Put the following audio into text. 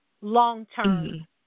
long-term